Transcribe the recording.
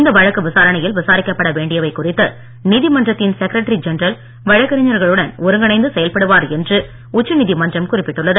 இந்த வழக்கு விசாரணையில் விசாரிக்கப்பட வேண்டியவை குறித்து நீதிமன்றத்தின் செகரட்டரி ஜென்ரல் வழக்கறிஞர்களுடன் ஒருங்கிணைந்து செயல்படுவார் என்று உச்ச நீதிமன்றம் குறிப்பிட்டுள்ளது